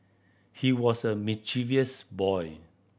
he was a mischievous boy